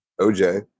OJ